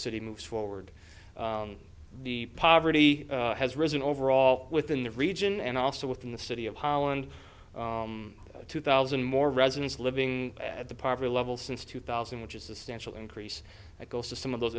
city moves forward the poverty has risen overall within the region and also within the city of holland two thousand more residents living at the poverty level since two thousand which is essential increase that goes to some of those